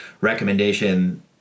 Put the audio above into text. recommendation